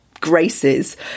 graces